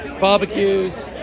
barbecues